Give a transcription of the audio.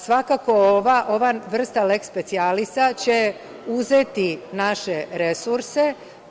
Svakako ova vrsta leks specijalisa će uzeti naše resurse.